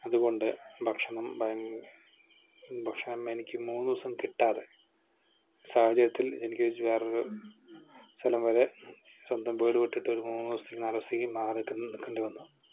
അതുകൊണ്ട് ഭക്ഷണം ഭക്ഷണം എനിക്ക് മൂന്ന് ദിവസം കിട്ടാതെ സാഹചര്യത്തിൽ എനിക്ക് വേറൊരു സ്ഥലം വരെ സ്വന്തം വീട് വിട്ടിട്ട് ഒരു മൂന്ന് ദിവസത്തേക്ക് നാല് ദിവസത്തേക്ക് മാറി നിൽക്കേണ്ടി വന്നു